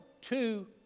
two